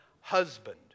husband